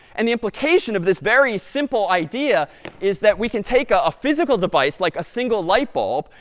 and the implication of this very simple idea is that we can take ah a physical device, like a single light bulb,